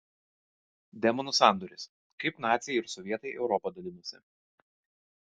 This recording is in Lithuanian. demonų sandoris kaip naciai ir sovietai europą dalinosi